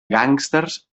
gàngsters